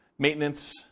maintenance